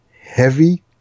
heavy